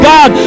God